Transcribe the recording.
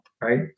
right